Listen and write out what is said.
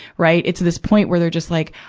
right? it's this point where they're just like,